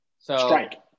Strike